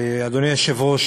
אדוני היושב-ראש,